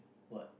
what